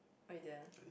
why you didn't